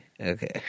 Okay